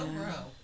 grow